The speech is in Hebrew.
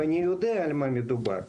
ואני יודע על מה מדובר,